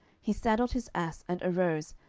he saddled his ass, and arose,